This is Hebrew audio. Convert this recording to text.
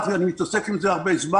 אני מתעסק עם זה זמן רב,